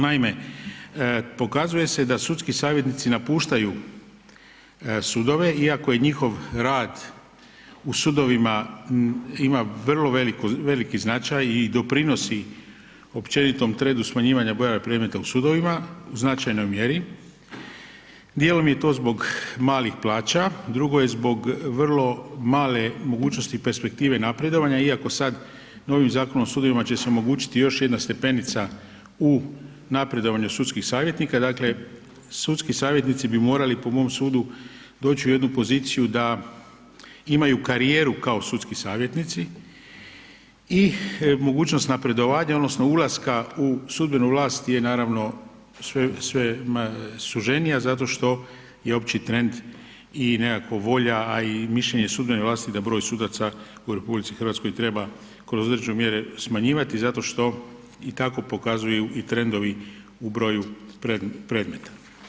Naime, pokazuje se da sudski savjetnici napuštaju sudove iako je njihov rad u sudovima ima vrlo veliki značaj i doprinosi općenitom trendu smanjivanja broja predmeta u sudovima u značajnoj mjeri, djelom je to zbog malih plaća, drugo je zbog vrlo male mogućnosti perspektive napredovanja iako sad novim Zakonom o sudovima će se omogućiti još jedna stepenica u napredovanju sudskih savjetnika dakle, sudski savjetnici bi morali po mom sudu doći u jednu poziciju da imaju karijeru kao sudski savjetnici i mogućnost napredovanja odnosno ulaska u sudbenu vlast gdje naravno sve je suženija zato što je opći trend i nekako volja a i mišljenje sudbene vlasti da broj sudaca u RH treba kroz određene mjere smanjivati zato što i tako pokazuju i trendovi u broju predmeta.